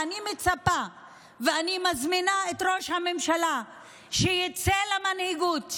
אני מצפה ואני מזמינה את ראש הממשלה שיצא למנהיגות,